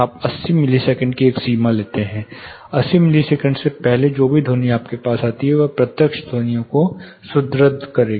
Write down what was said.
आप 80 मिलीसेकंड की एक सीमा लेते हैं 80 मिलीसेकंड से पहले जो भी ध्वनि आपको आती है वह प्रत्यक्ष ध्वनियों को सुदृढ़ करेगी